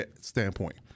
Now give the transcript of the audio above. standpoint